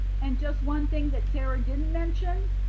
and just one thing that sara didn't mention,